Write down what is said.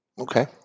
Okay